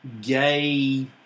gay